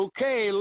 Okay